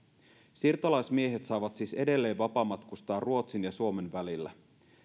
siirtolaismiehet saavat siis edelleen vapaamatkustaa ruotsin ja suomen välillä